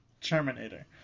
Terminator